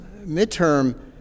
midterm